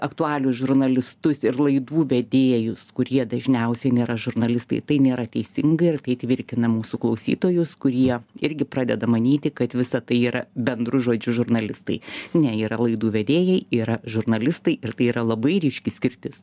aktualijų žurnalistus ir laidų vedėjus kurie dažniausiai nėra žurnalistai tai nėra teisinga ir tai tvirkina mūsų klausytojus kurie irgi pradeda manyti kad visa tai yra bendru žodžiu žurnalistai ne yra laidų vedėjai yra žurnalistai ir tai yra labai ryški skirtis